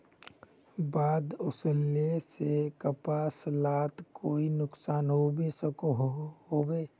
बाढ़ वस्ले से कपास लात कोई नुकसान होबे सकोहो होबे?